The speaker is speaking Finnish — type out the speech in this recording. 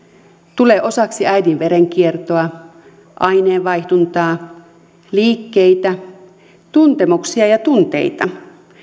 tulee osaksi äidin verenkiertoa aineenvaihduntaa liikkeitä tuntemuksia ja tunteita